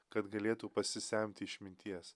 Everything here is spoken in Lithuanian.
kad galėtų pasisemti išminties